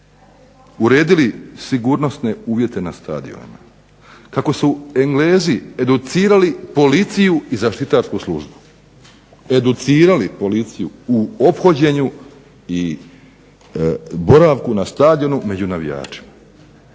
uredili sigurnosne uvjete na stadionu, kako su Englezi educirali policiju i zaštitarsku službu, educirali policiju u ophođenju i boravku na stadionu među navijačima.